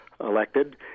elected